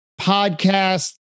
podcast